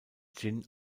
jin